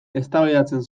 eztabaidatzen